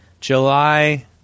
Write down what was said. July